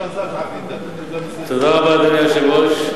תודה רבה, אדוני היושב-ראש.